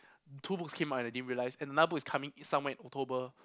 two books came out and I didn't realize and another book is coming is somewhere in October